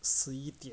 十一点